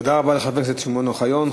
תודה רבה לחבר הכנסת שמעון אוחיון.